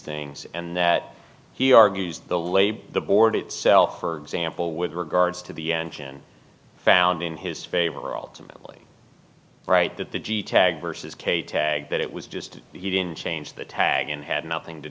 things and that he argues the labor the board itself for example with regards to the engine found in his favor alternately right that the g tag versus k tag that it was just didn't change the tag and had nothing to